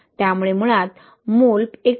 त्यामुळे मुळात मोल 1